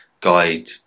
guide